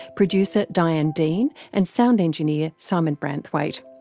producer diane dean and sound engineer simon branthwaite.